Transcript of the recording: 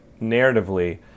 narratively